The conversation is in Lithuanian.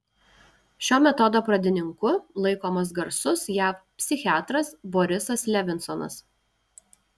šio metodo pradininku laikomas garsus jav psichiatras borisas levinsonas